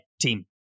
team